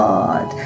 God